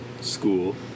school